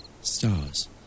stars